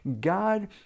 God